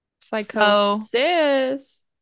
Psychosis